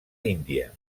índia